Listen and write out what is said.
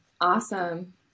Awesome